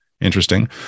interesting